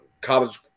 college